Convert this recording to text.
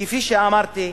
כפי שאמרתי,